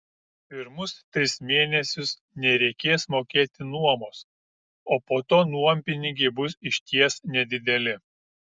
pirmus tris mėnesius nereikės mokėti nuomos o po to nuompinigiai bus išties nedideli